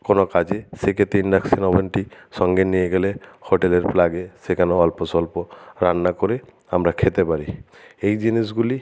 কোনো কাজে সেইক্ষেত্রে ইনডাকশান ওভেনটি সঙ্গে নিয়ে গেলে হোটেলের প্লাগে সেখানেও অল্পস্বল্প রান্না করে আমরা খেতে পারি এই জিনিসগুলি